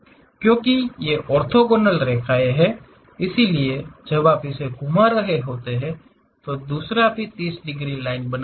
क्योंकि ये ऑर्थोगोनल रेखाएं हैं इसलिए जब आप इसे घुमा रहे होते हैं तो दूसरा भी 30 डिग्री लाइन बनाता है